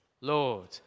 Lord